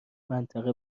منطقه